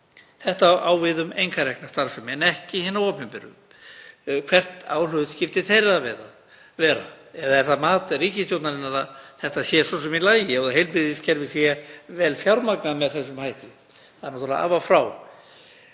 Það á við um einkarekna starfsemi en ekki hina opinberu. Hvert á hlutskipti hennar að vera? Eða er það mat ríkisstjórnarinnar að þetta sé svo sem í lagi og heilbrigðiskerfið sé vel fjármagnað með þessum hætti? Það er náttúrlega af og frá.